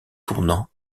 tournant